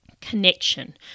connection